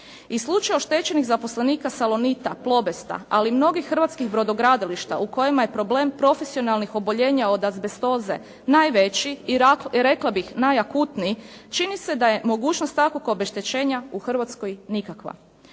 I slučaj oštećenih zaposlenika "Salonita", "Plobesta", ali i mnogih hrvatskih brodogradilišta, u kojima je problem profesionalnih oboljenja od azbestoze najveći i rekla bih najakutniji, čini se da je mogućnost takvog obeštećenja u Hrvatskoj nikakva.